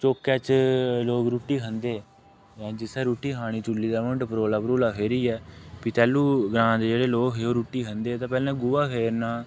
चौका च लोक रुट्टी खंदे जां जित्थै रुट्टी खानी चुल्ली दे मुंढ परोला परूला फेरियै फ्ही तैलू ग्रांऽ दे जेहड़े लोक हे ओह् रुट्टी खंदे हे पैह्ला गोहा फेरना